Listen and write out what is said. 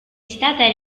stata